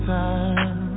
time